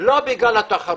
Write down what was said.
הם מאוימים לא בגלל התחרות.